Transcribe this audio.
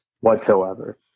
whatsoever